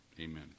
amen